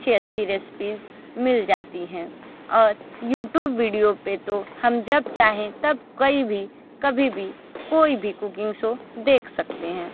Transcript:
अच्छी अच्छी रेसिपीस मिल जाती हैं और यूट्यूब वीडियो पर तो हम जब चाहें तब कहीं भी कभी भी कोई भी कुकिंग शो देख सकते हैं